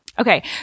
Okay